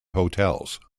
hotels